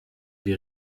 die